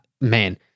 man